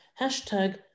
Hashtag